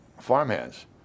farmhands